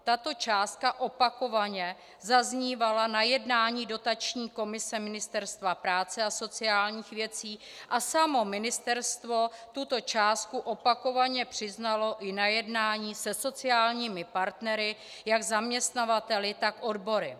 Tato částka opakovaně zaznívala na jednání dotační komise Ministerstva práce a sociálních věcí a samo ministerstvo tuto částku opakovaně přiznalo i na jednáních se sociálními partnery, jak zaměstnavateli, tak odbory.